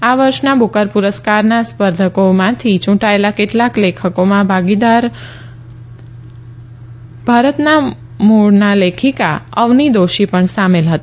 આ વર્ષના બુકર પુરસ્કારના સ્પર્ધકોમાંથી ચૂંટાયેલા કેટલાક લેખકોમાં ભારતીય મૂળના લેખિકા અવની દોષી પણ સામેલ હતા